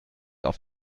auf